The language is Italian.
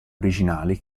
originali